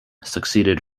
succeeded